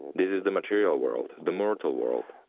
this is the material world, the mortal world.